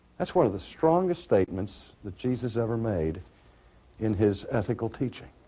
that's one of the strongest statements that jesus ever made in his ethical teaching.